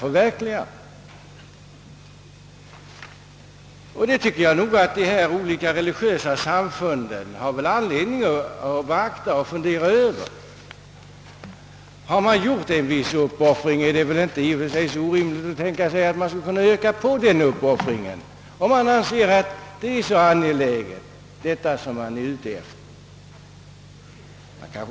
Detta tycker jag att de religiösa samfunden skall beakta och fundera över. Det är väl inte i och för sig orimligt att tänka sig att öka på en uppoffring ytterligare, om man anser den uppgift det gäller som mycket angelägen.